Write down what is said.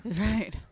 Right